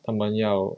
他们要